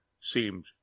seemed